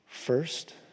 First